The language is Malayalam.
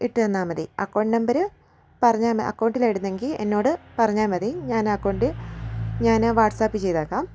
ഇട്ടു തന്നാൽ മതി അക്കൗണ്ട് നമ്പര് പറഞ്ഞാൽ അക്കൗണ്ടിലാ ഇടുന്നതെങ്കിൽ എന്നോട് പറഞ്ഞാൽ മതി ഞാനാ അക്കൗണ്ട് ഞാന് വാട്സ്ആപ്പ് ചെയ്തേക്കാം